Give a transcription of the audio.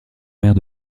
maire